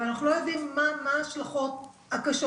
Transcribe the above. ואנחנו לא יודעים מה ההשלכות הקשות,